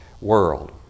World